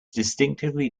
distinctly